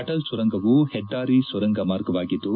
ಅಟಲ್ ಸುರಂಗವು ಹೆದ್ದಾರಿ ಸುರಂಗ ಮಾರ್ಗವಾಗಿದ್ದು